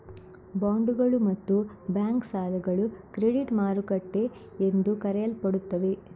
ಬಾಂಡುಗಳು ಮತ್ತು ಬ್ಯಾಂಕ್ ಸಾಲಗಳು ಕ್ರೆಡಿಟ್ ಮಾರುಕಟ್ಟೆ ಎಂದು ಕರೆಯಲ್ಪಡುತ್ತವೆ